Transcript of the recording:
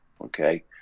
okay